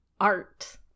art